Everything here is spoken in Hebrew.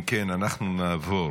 אם כן, אנחנו נעבור